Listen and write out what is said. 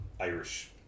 Irish